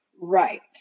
Right